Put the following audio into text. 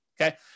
okay